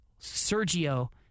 Sergio